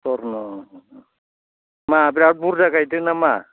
स्वर्न' मा बिरात बुरजा गायदों नामा